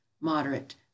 Moderate